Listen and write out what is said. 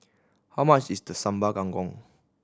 how much is the Sambal Kangkong